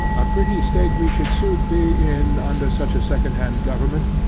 a pretty state we should soon be in under such a second-hand government,